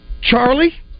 Charlie